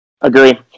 Agree